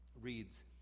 reads